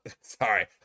sorry